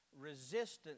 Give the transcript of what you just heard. resistance